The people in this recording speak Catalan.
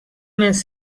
més